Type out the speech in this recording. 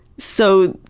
so,